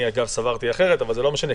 אני, אגב, סברתי אחרת אבל זה לא משנה.